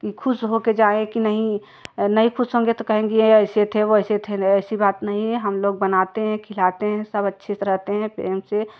कि ख़ुश होकर जाए कि नहीं नहीं ख़ुश होंगे तो कहेंगे यह ऐसे थे वैसे थे ऐसी बात नहीं है हम लोग बनाते हैं खिलाते हैं सब अच्छे से रहते है प्रेम से